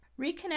Reconnect